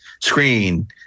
screen